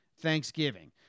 Thanksgiving